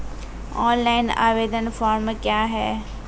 Online आवेदन form क्या हैं?